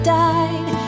died